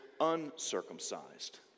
uncircumcised